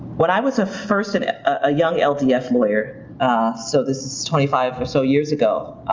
when i was a first and a young ldf lawyer ah so this is twenty five or so years ago,